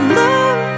love